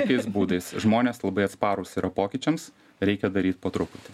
jokiais būdais žmonės labai atsparūs ir pokyčiams reikia daryt po truputį